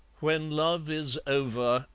when love is over,